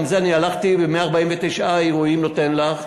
גם את זה, אני הלכתי ו-149 אירועים נותן לך.